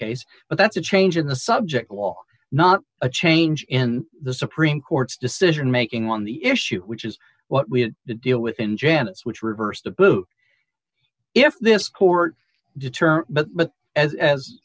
case but that's a change in the subject law not a change in the supreme court's decision making on the issue which is what we have to deal with in janet's which reversed the boot if this court determined but but as